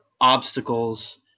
obstacles